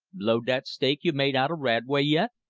blowed that stake you made out of radway, yet?